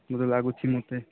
ଲାଗୁଛି ମୋତେ